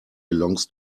belongs